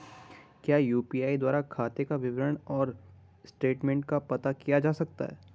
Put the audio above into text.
क्या यु.पी.आई द्वारा खाते का विवरण और स्टेटमेंट का पता किया जा सकता है?